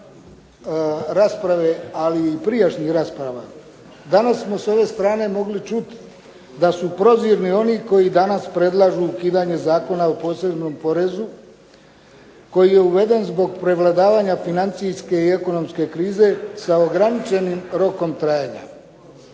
vaše rasprave ali i prijašnjih rasprava danas smo s ove strane mogli čuti da su prozirni oni koji danas predlažu ukidanje Zakona o posebnom porezu, koji je uveden zbog prevladavanja financijske i ekonomske krize sa ograničenim rokom trajanja.